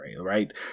right